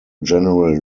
general